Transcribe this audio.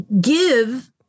give